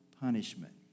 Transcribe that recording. punishment